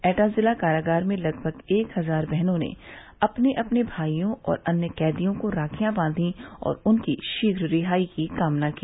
एटा ज़िला कारागार में लगभग एक हजार बहनों ने अपने अपने भाईयों और अन्य कैदियों को राखियां बांधी और उनकी शीघ्र रिहाई की कामना की